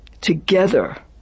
Together